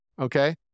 Okay